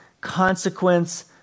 consequence